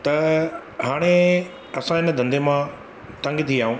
त हाणे असां हिन धंधे मां तंग थी विया आहियूं